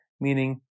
meaning